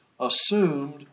assumed